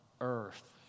earth